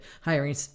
hiring